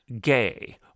gay